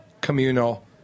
communal